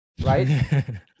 Right